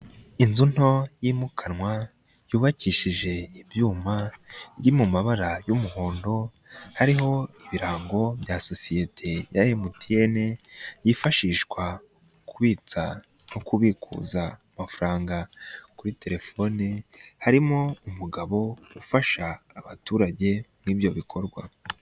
Inzu nto yimukanwa yubakishije ibyuma iri mu mabara y'umuhondo, hari ibirango bya sosiyete ya Emutiyeni, yifashishwa kubitsa no kubikuza amafaranga kuri telefoni, harimo umugabo ufasha abaturage muri ibyo bikorwa.